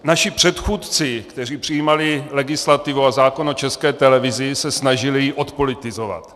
Naši předchůdci, kteří přijímali legislativu a zákon o České televizi, se snažili ji odpolitizovat.